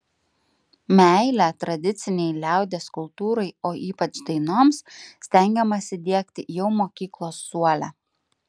meilę tradicinei liaudies kultūrai o ypač dainoms stengiamasi diegti jau mokyklos suole